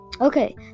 Okay